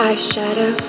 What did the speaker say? Eyeshadow